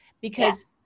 Because-